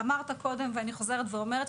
אמרת קודם ואני חוזרת ואומרת,